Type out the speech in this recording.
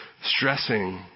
stressing